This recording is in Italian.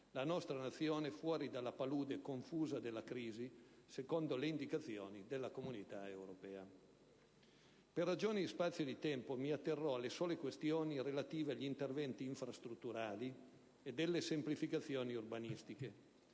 la nostra Nazione fuori dalla palude confusa della crisi, secondo le indicazioni della Comunità europea. Per ragioni di spazio e di tempo mi atterrò alle sole questioni relative agli interventi infrastrutturali ed alle semplificazioni urbanistiche.